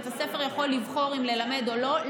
בית הספר יכול לבחור אם ללמד או לא,